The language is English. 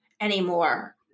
anymore